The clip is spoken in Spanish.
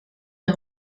los